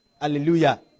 hallelujah